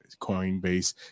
Coinbase